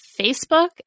Facebook